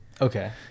Okay